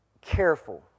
careful